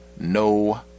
no